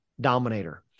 dominator